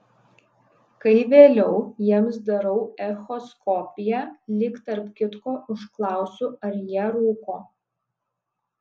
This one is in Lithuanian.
kai vėliau jiems darau echoskopiją lyg tarp kitko užklausiu ar jie rūko